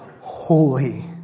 holy